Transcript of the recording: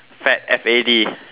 fad F A D